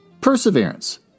Perseverance